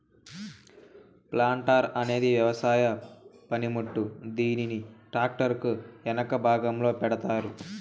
planter అనేది వ్యవసాయ పనిముట్టు, దీనిని ట్రాక్టర్ కు ఎనక భాగంలో పెడతారు